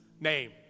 name